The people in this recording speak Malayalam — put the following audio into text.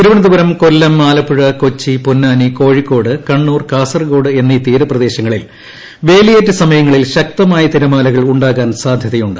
തിരുവനന്തപുരം കൊല്ലം ആലപ്പുഴ കൊച്ചി പൊന്നാനി കോഴിക്കോട് കണ്ണൂർ കാസർഗോഡ് എന്നീ തീരപ്രദേശങ്ങളിൽ വേലിയേറ്റ സമയങ്ങളിൽ ശക്തമായ തിരമാലകൾ ഉണ്ടാകാൻ സാധ്യതയുണ്ട്